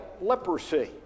leprosy